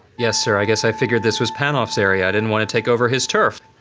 yes sir i guess i figured this was panoff's area. i didn't want to take over his turf.